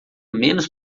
menos